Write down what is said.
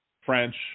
French